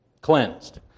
cleansed